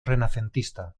renacentista